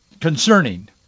concerning